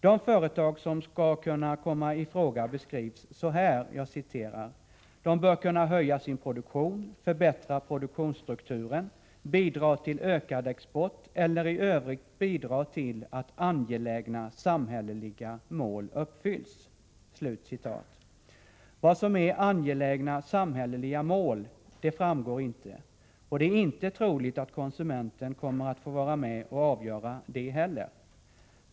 De företag som skall kunna komma i fråga beskrivs så här: De ”bör kunna höja sin produktion, förbättra produktionsstrukturen, bidra till ökad export eller i övrigt bidra till att angelägna samhälleliga mål uppfylls.” Vad som är ”angelägna samhälleliga mål” framgår inte, och det är inte troligt att konsumenterna kommer att få vara med och avgöra det heller.